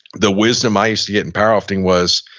the wisdom i used to get in powerlifting was,